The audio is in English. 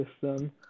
system